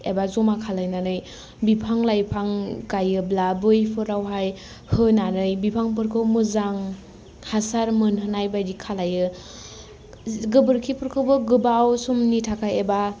एबा ज'मा खालामनानै बिफां लाइफां गायोब्ला बैफोरावहाय होनानै बिफांफोरखौ मोजां हासार मोनहोनाय बायदि खालामो गोबोरखिफोरखौबो गोबाव समनि थाखाय एबा